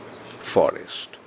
forest